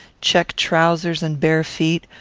check trowsers and bare feet,